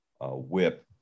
WHIP